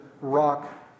rock